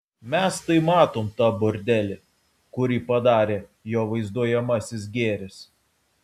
mes tai matom tą bordelį kurį padarė jo vaizduojamasis gėris